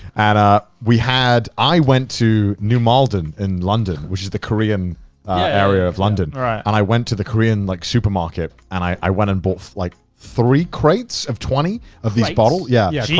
and ah we had, i went to new malden in london, which is the korean area of london. and i went to the korean like supermarket and i went and bought like three crates of twenty of these bottles, yeah. yeah yeah